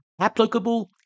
applicable